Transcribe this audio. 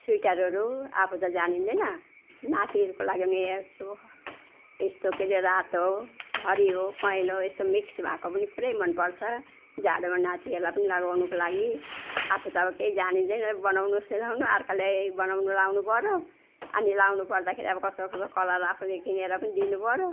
स्वेटरहरू आफू त जानिँदैन नातिहरूको लागि नि यस्तो यस्तो के अरे रातो हरियो पहेँलो यस्तो मिक्स भएको पनि पुरै मन पर्छ जाडोमा नातिहरूलाई पनि लगाउनुको लागि आफू त अब केही जानिँदैन बनाउनु सनाउनु अर्कालाई बनाउन लाउनुपऱ्यो अनि लाउनुपर्दाखेरि अब कस्तो कस्तो कलर आफूले किनेर पनि दिनुपऱ्यो